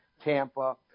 Tampa